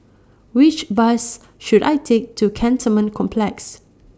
Which Bus should I Take to Cantonment Complex